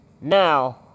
now